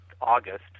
August